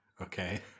okay